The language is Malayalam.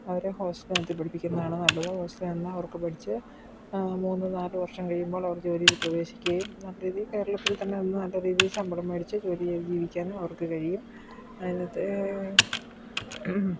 അവരെ ഹോസ്റ്റലിൽ നിർത്തി പഠിപ്പിക്കുന്നതാണ് നല്ലത് ഹോസ്റ്റലിൽ നിന്ന് അവർക്ക് പഠിച്ചു മൂന്ന് നാല് വർഷം കഴിയുമ്പോൾ അവർ ജോലിയിൽ പ്രവേശിക്കുകയും നല്ല രീതിയിൽ കേരളത്തിൽ തന്നെ നിന്നു നല്ല രീതിയിൽ ശമ്പളം മേടിച്ചു ജോലി ചെയ്തു ജീവിക്കാനും അവർക്ക് കഴിയും അതിനകത്തെ